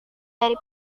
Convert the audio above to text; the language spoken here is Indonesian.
dari